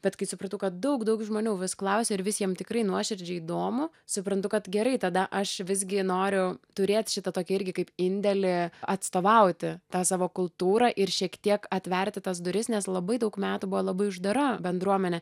bet kai supratau kad daug daug žmonių vis klausia ir vis jiem tikrai nuoširdžiai įdomu suprantu kad gerai tada aš visgi noriu turėt šitą tokį irgi kaip indėlį atstovauti tą savo kultūrą ir šiek tiek atverti tas duris nes labai daug metų buvo labai uždara bendruomenė